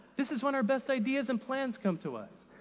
this is when our best ideas and plans come to us.